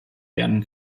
werden